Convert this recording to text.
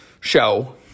show